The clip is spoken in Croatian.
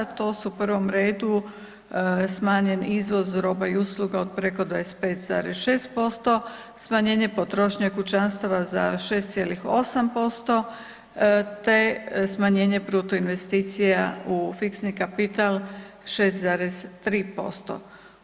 To su u prvom redu smanjeni izvoz roba i usluga od preko 25,6%, smanjenje potrošnje kućanstava za 6,8% te smanjenje bruto investicija u fiksni kapital od 6,3%